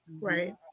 Right